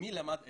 מי למד ואיפה.